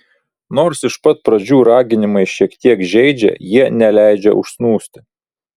nors iš pat pradžių raginimai šiek tiek žeidžia jie neleidžia užsnūsti